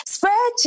Spread